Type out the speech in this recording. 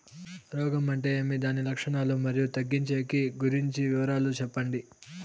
రోగం అంటే ఏమి దాని లక్షణాలు, మరియు తగ్గించేకి గురించి వివరాలు సెప్పండి?